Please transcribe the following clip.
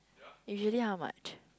usually how much